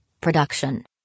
production